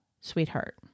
Sweetheart